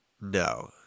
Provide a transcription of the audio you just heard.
No